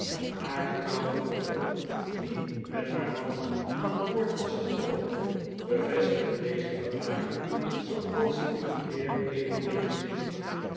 haar getrouwde dochter die met haar man aan boord was gekomen bevestigde deze verklaring zooals die heer eveneens deed